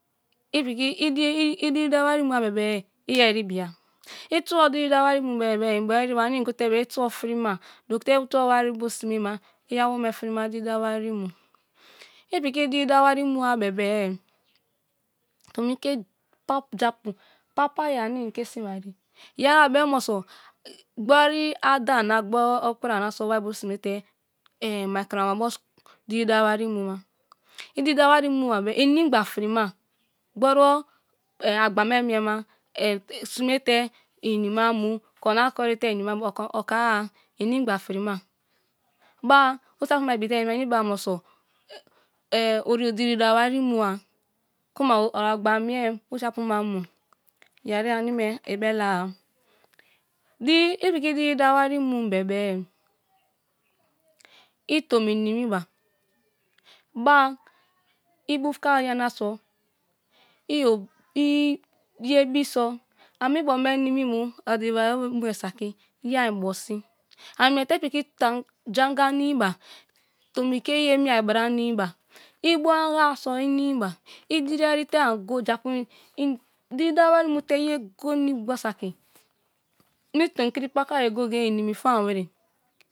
I piki i diri dawa wari mua bebe i eribia i tubo diri dawa wari mu bebe i eribia. I tubo diri dawa wari mu bebe in bo eri ba anie in go te be ye i tubo frima duku te i tubo wari bio sime ma i awo me f'rima diri dawa wari mu i piki diri dawari mu- abebe tome i ke japu papaye ame in ke isisi barie yeria bem m'nose gboru ada na okpara na so wari bio sime te mai krama bo diri dawa wari wuma. Di dawa wari mu ba kuma inimgba frima gborubo agbame mie ma sime te ini ma mu, korinama korite ini ma mu oko-a, inimgba f'rima ba osi apu ma ibi te in menibe ba m'ne se o diri dawa wari mu wari mu-a kuma or agba mien osi apu ma mu yeri anie me ibele a i piki diri dawa wari num bebe i tomi nimi ba, ba i bufka yana so i ye biso a mi bo me nimim o a diri dawa wari bu mue saki ye ar imbo sin, an' mie te i piki janga nimiba tombi tomi ke ye mie b'ra nimi ba i bu-anga so inimi ba, i diri eri te an'go japu in diri dawa wari mute ye go nimi gbor ' saki, mi tomkri pakarie goyegoye in nimi fam' wrer.